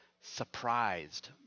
Surprised